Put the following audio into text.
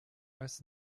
als